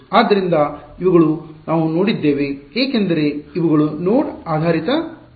ಆದ್ದರಿಂದ ಇವುಗಳನ್ನು ನಾವು ನೋಡಿದ್ದೇವೆ ಏಕೆಂದರೆ ಇವುಗಳು ನೋಡ್ ಆಧಾರಿತ ಅಂಶಗಳಾಗಿವೆ